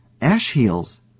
ash-heels